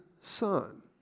son